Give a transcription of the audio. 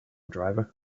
driver